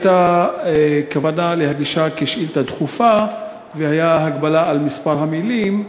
הייתה כוונה להגישה כשאילתה דחופה והייתה הגבלה על מספר המילים,